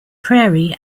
prairie